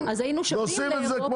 ירוצו לעשות את זה.